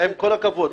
עם כל הכבוד,